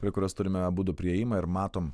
prie kurios turime abudu priėjimą ir matom